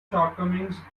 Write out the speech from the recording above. shortcomings